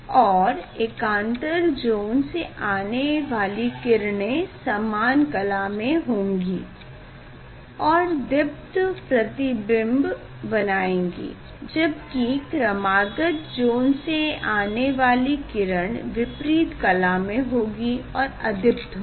और एकांतर ज़ोन से आने वाली किरणे समान कला में होंगी और दीप्त प्रतिबिंब बनाएगी जबकि क्रमागत ज़ोन से आने वाली किरण विपरीत कला में होंगी और अदीप्त होंगी